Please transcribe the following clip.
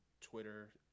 Twitter